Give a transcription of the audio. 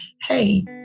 hey